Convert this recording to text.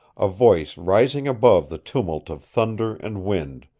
a voice rising above the tumult of thunder and wind,